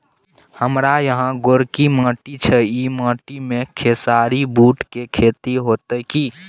हमारा यहाँ गोरकी माटी छै ई माटी में खेसारी, बूट के खेती हौते की?